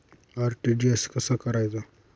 RTGS कसा करायचा?